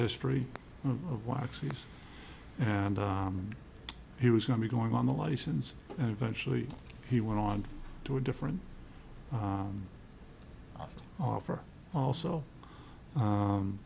history of waxing and he was going to be going on the license and eventually he went on to a different offer also